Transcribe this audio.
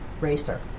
racer